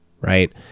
right